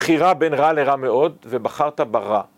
‫בחירה בין רע לרע מאוד, ‫ובחרת ברע.